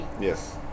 Yes